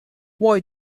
why